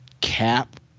cap